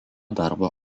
darbo